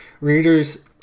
readers